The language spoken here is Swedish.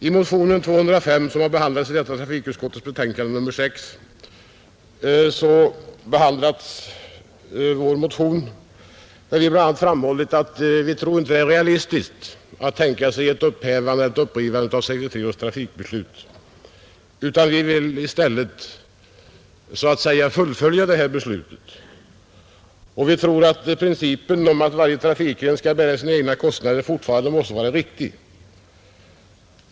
I motionen 205, som behandlas i trafikutskottets betänkande nr 6, har vi bl.a. framhållit att vi inte anser det vara realistiskt att tänka sig att riva upp 1963 års trafikbeslut; vi vill i stället fullfölja beslutet. Vi tror att principen att varje trafikgren skall bära sina egna kostnader fortfarande är riktig.